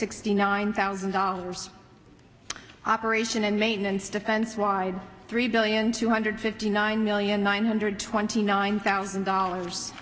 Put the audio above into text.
sixty nine thousand dollars operation and maintenance defense wide three billion two hundred fifty nine million nine hundred twenty nine thousand dollars